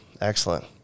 excellent